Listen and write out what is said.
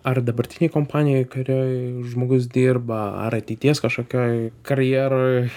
ar dabartinėj kompanijoj kurioj žmogus dirba ar ateities kažkokioj karjeroj